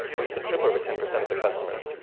well, you can trip over ten percent of the customers.